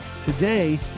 Today